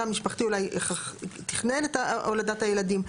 התא המשפחתי אולי תכנן את הולדת הילדים.